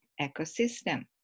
ecosystem